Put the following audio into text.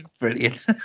brilliant